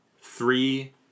three